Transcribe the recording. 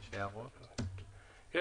יש הערות ל-10?